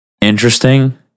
interesting